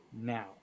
now